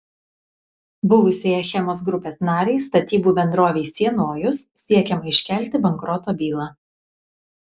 buvusiai achemos grupės narei statybų bendrovei sienojus siekiama iškelti bankroto bylą